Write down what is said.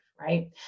right